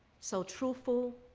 so truthful,